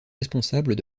responsables